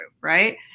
Right